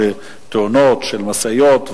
שתאונות של משאיות,